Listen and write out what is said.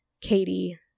katie